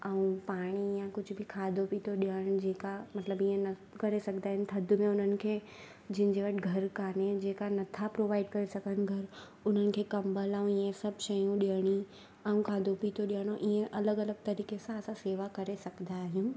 ऐं पाणी या कुझु बि खाधो पीतो ॾियणु जेका मतिलबु ईअं न करे सघंदा आहिनि थधि में उन्हनि खे जिनि जे वटि घरु कान्हे जेका नथा प्रोवाइड करे सघनि घरु उन्हनि खे कंबल ऐं ईअं सभु शयूं ॾियणी ऐं खाधो पीतो ॾियणो ईअं अलॻि अलॻि तरीक़े सां असां सेवा करे सघंदा आहियूं